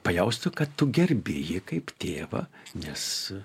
pajaustų kad tu gerbi jį kaip tėvą nes